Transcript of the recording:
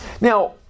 Now